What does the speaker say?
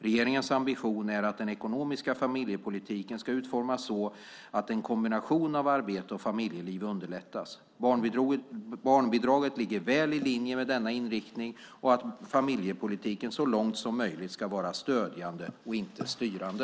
Regeringens ambition är att den ekonomiska familjepolitiken ska utformas så, att en kombination av arbete och familjeliv underlättas. Barnbidraget ligger väl i linje med denna inriktning och att familjepolitiken så långt som möjligt ska vara stödjande och inte styrande.